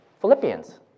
Philippians